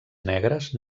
negres